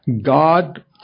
God